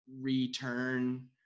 return